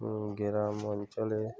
গ্রাম অঞ্চলে